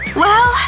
well,